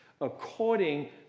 according